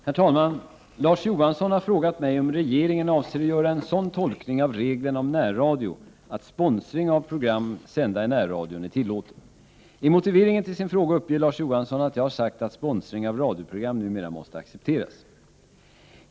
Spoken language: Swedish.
Herr talman! Larz Johansson har frågat mig om regeringen avser att göra en sådan tolkning av reglerna om närradio att sponsring av program sända i närradion är tillåten. I motiveringen till sin fråga uppger Larz Johansson att jag har sagt att sponsring av radioprogram numera måste accepteras.